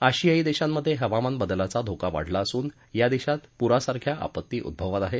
आशियाई देशात हवामान बदलाचा धोका वाढला असून या देशात पुरासारख्या आपत्ती उद्ववत आहेत